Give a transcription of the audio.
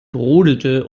brodelte